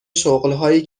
شغلهایی